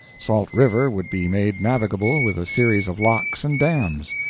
salt river would be made navigable with a series of locks and dams.